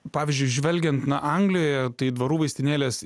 pavyzdžiui žvelgiant na anglijoje tai dvarų vaistinėlės